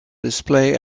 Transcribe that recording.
display